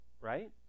Right